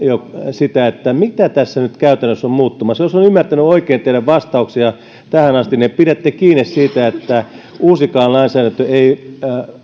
sitä mitä tässä nyt käytännössä on muuttumassa jos olen ymmärtänyt oikein teidän vastauksianne tähän asti niin pidätte kiinni siitä että uusikaan lainsäädäntö ei